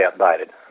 outdated